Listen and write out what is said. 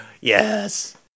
Yes